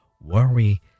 worry